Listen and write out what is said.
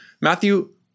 Matthew